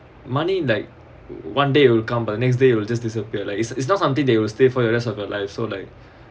money like one day you will come but next day you will just disappear like it's it's not something they will stay for your rest of your life so like